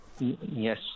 Yes